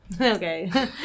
Okay